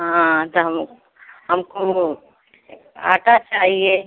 हाँ ता हम हमको आटा चाहिए